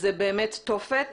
זאת באמת תופת.